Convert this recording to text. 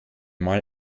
mal